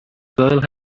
girl